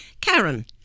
Karen